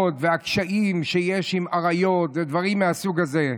והקשיים שיש עם עריות ודברים מהסוג הזה,